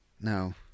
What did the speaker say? No